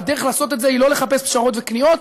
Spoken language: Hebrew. והדרך לעשות את זה היא לא לחפש פשרות וכניעות,